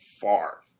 far